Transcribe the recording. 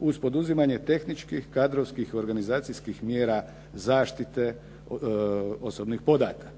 uz poduzimanje tehničkih, kadrovskih, organizacijskih mjera zaštite osobnih podataka.